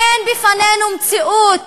אין בפנינו מציאות